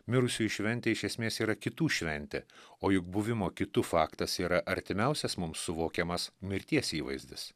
mirusiųjų šventė iš esmės yra kitų šventė o juk buvimo kitu faktas yra artimiausias mums suvokiamas mirties įvaizdis